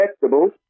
vegetables